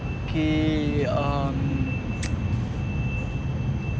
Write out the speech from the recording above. okay um